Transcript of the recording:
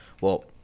Well-